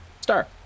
Star